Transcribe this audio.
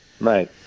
right